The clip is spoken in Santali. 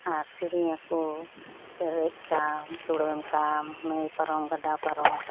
ᱟᱨ ᱥᱮᱹᱨᱮᱹᱧᱟ ᱠᱚ ᱯᱮᱨᱮᱡ ᱠᱟᱢ ᱪᱩᱲᱟᱹᱢ ᱠᱟᱢ ᱱᱟᱹᱭ ᱯᱟᱨᱚᱢ ᱜᱟᱰᱟ ᱯᱟᱨᱚᱢ